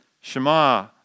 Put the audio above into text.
Shema